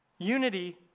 unity